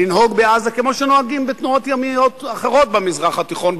לנהוג בעזה כמו שנוהגים בתנועות ימיות אחרות במזרח התיכון,